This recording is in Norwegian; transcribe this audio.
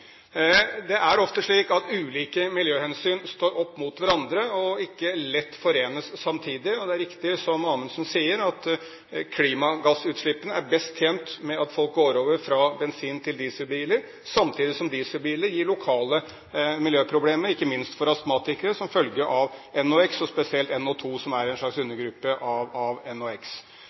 Det er ofte slik at ulike miljøhensyn står opp mot hverandre og ikke lett forenes samtidig, og det er riktig, som Amundsen sier, at man når det gjelder klimagassutslipp, er best tjent med at folk går over fra bensinbiler til dieselbiler, samtidig som dieselbiler gir lokale miljøproblemer, ikke minst for astmatikere, som følge av NOx, og spesielt NO2, som er en slags undergruppe av